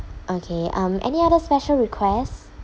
okay um any other special request